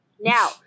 Now